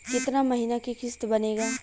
कितना महीना के किस्त बनेगा?